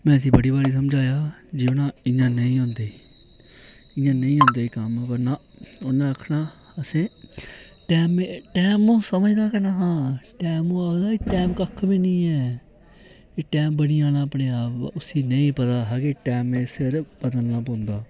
में उस्सी बड़ी बारी समझाया हा जीवन इ'यां नेईं होंदे इ'यां नेईं होंदे एह् कम्म पर नां उ'न्नै आखना असें टैम्मे टैम ओह् समझदा गै नेहा टैम ओह् आखदा टैम कक्ख बी निं ऐ एह् टैम बनी जाना अपने आप बो उस्सी नेईं पता हा कि टैम्मे सिर बदलना पौंदा